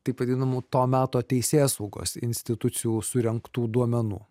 taip vadinamų to meto teisėsaugos institucijų surengtų duomenų